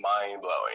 mind-blowing